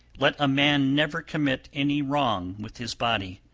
let a man never commit any wrong with his body!